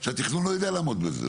שהתכנון לא יודע לעמוד בזה,